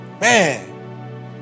man